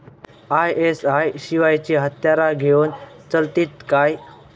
ISI शिवायची हत्यारा घेऊन चलतीत काय?